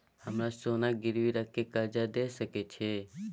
हमरा सोना गिरवी रखय के कर्ज दै सकै छिए?